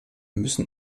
müssen